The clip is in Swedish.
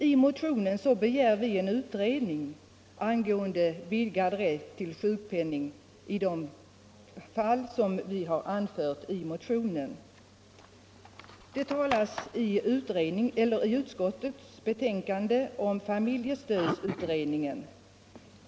I motionen begär vi en utredning om vidgad rätt till sjukpenning i de fall som vi har anfört. I utskottsbetänkandet talas det om familjestödsutredningen.